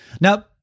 Now